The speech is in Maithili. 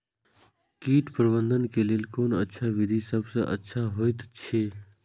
कीट प्रबंधन के लेल कोन अच्छा विधि सबसँ अच्छा होयत अछि?